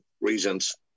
reasons